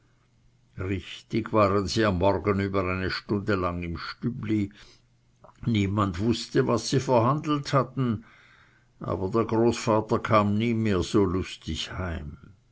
richtig waren sie am morgen über eine stunde lang im stübli niemand wußte was sie verhandelt hatten aber der großvater kam nie mehr so lustig heim